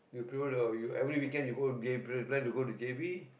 you peel the you every weekend you go J p~ plan to go to j_b